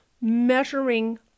measuring